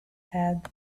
had